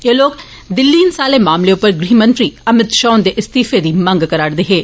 एह् लोकसभा दिल्ली हिंसा आले मामले उप्पर गृह मंत्री अमित शाह हुंदे इस्तीफे दी मंग करा रदे हे